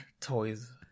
toys